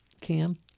Cam